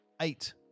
eight